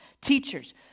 teachers